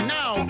now